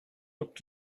looked